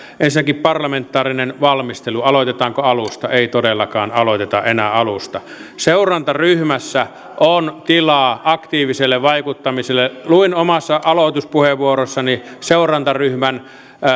ensinnäkin parlamentaarinen valmistelu aloitetaanko alusta ei todellakaan aloiteta enää alusta seurantaryhmässä on tilaa aktiiviselle vaikuttamiselle luin omassa aloituspuheenvuorossani seurantaryhmän